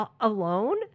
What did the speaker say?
alone